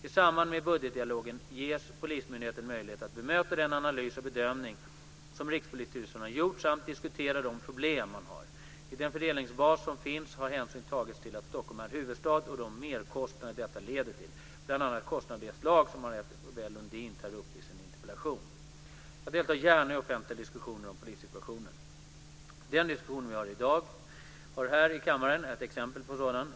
I samband med budgetdialogen ges polismyndigheten möjlighet att bemöta den analys och bedömning som Rikspolisstyrelsen har gjort samt diskutera de problem man har. I den fördelningsbas som finns har hänsyn tagits till att Stockholm är huvudstad och de merkostnader detta leder till, bl.a. kostnader av det slag som Marietta de Pourbaix Lundin tar upp i sin interpellation. Jag deltar gärna i offentliga diskussioner om polissituationen. Den diskussion vi i dag har här i kammaren är ett exempel på en sådan.